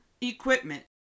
equipment